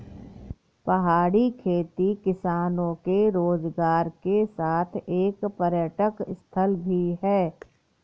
पहाड़ी खेती किसानों के रोजगार के साथ एक पर्यटक स्थल भी है